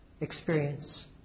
experience